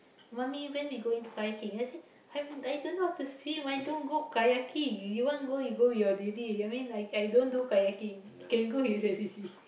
mommy when we going to Kayaking then I say I'm I don't know how to swim I don't go Kayaking you want to go you go with your daddy I mean I I don't do Kayaking can go with his daddy